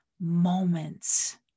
moments